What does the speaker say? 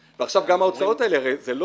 ועכשיו גם ההוצאות האלה הרי זה לא